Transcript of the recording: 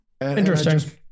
Interesting